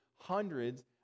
hundreds